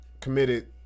committed